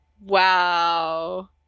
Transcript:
Wow